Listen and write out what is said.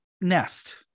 nest